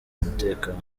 umutekano